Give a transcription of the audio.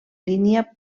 línia